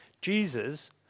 Jesus